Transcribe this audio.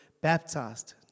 baptized